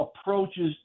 approaches